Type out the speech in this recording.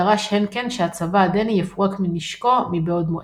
דרש הנקן שהצבא הדני יפורק מנשקו מבעוד מועד.